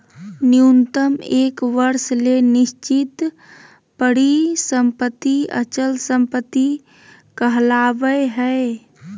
न्यूनतम एक वर्ष ले निश्चित परिसम्पत्ति अचल संपत्ति कहलावय हय